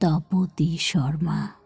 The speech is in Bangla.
তপতী শর্মা